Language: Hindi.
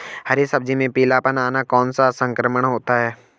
हरी सब्जी में पीलापन आना कौन सा संक्रमण होता है?